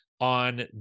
on